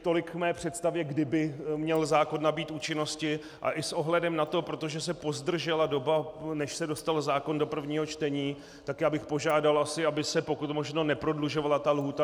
Tedy tolik k mé představě, kdy by měl zákon nabýt účinnosti, a i s ohledem na to, protože se pozdržela doba, než se dostal zákon do prvního čtení, tak já bych požádal asi, aby se pokud možno neprodlužovala ta lhůta.